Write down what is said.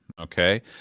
okay